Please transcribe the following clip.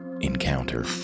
encounter